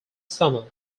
summer